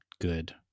good